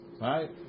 Right